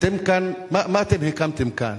מה אתם הקמתם כאן,